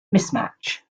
mismatch